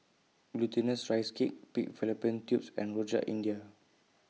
Glutinous Rice Cake Pig Fallopian Tubes and Rojak India